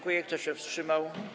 Kto się wstrzymał?